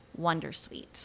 Wondersuite